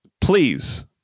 please